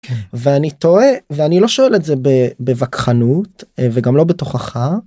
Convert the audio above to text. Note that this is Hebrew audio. ואני טועה ואני לא שואל את זה בווכחנות וגם לא בתוכחה.